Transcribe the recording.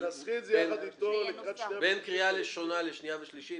תנסחי את זה יחד עם גלעד קרן לקראת קריאה שנייה ושלישית.